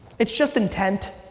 it's just intent.